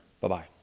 Bye-bye